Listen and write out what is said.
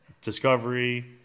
Discovery